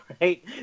right